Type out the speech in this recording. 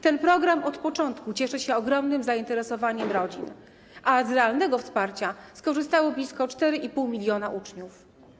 Ten program od początku cieszy się ogromnym zainteresowaniem rodzin, a z realnego wsparcia skorzystało blisko 4,5 mln uczniów.